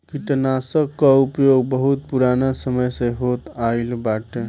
कीटनाशकन कअ उपयोग बहुत पुरान समय से होत आइल बाटे